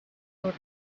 sort